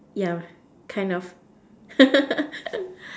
yeah kind of